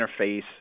interface